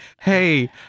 hey